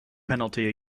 penalty